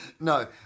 No